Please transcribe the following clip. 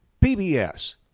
PBS